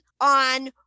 on